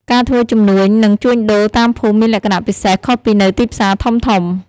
ការធ្វើជំនួញនិងជួញដូរតាមភូមិមានលក្ខណៈពិសេសខុសពីនៅទីផ្សារធំៗ។